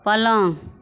पलङ्ग